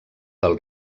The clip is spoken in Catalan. del